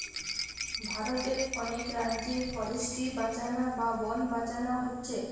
ভারতের অনেক রাজ্যে ফরেস্ট্রি বাঁচানা বা বন বাঁচানা হচ্ছে